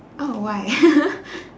oh why